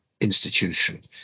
institution